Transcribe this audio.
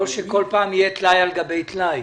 לא שכל פעם יהיה טלאי על גבי טלאי.